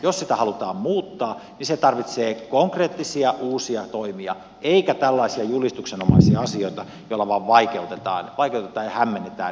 jos sitä halutaan muuttaa niin se tarvitsee konkreettisia uusia toimia eikä tällaisia julistuksenomaisia asioita joilla vain vaikeutetaan ja hämmennetään entisestään asiaa